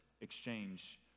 exchange